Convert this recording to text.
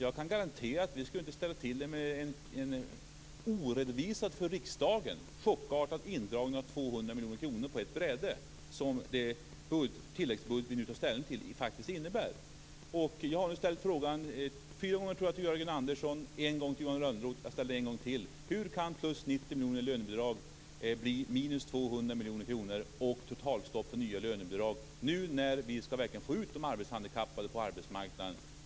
Jag kan garantera att vi inte skulle ställa till det med en för riksdagen icke redovisad chockartad indragning av 200 miljoner kronor på ett bräde, som den tilläggsbudget som vi nu tar ställning till faktiskt innebär. Jag har nu ställt frågan fyra gånger, tror jag, till Jörgen Andersson och en gång till Johan Lönnroth. Jag ställer den en gång till: Hur kan plus 90 miljoner i lönebidrag bli minus 200 miljoner kronor? Hur kan det bli ett totalstopp för nya lönebidrag nu när vi skall få ut de arbetshandikappade på arbetsmarknaden?